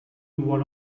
one